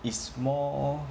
it's more